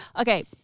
Okay